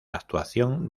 actuación